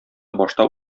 башта